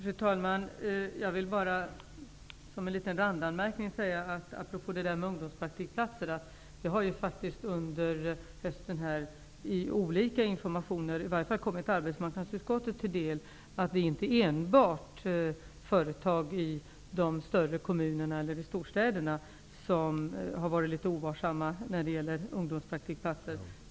Fru talman! Jag vill bara som en liten randanmärkning apropå frågan om ungdomspraktikplatser säga att det under hösten från olika håll har kommit i alla fall arbetsmarknadsutskottet till del att det inte enbart är företag i de större kommunerna eller storstäderna som har varit litet ovarsamma med ungdomspraktikplatser.